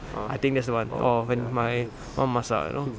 I think that's the one oh when my mum masak you know